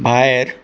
भायर